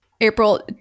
April